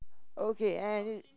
okay and it